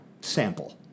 sample